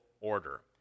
order